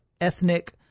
ethnic